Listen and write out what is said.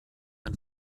ein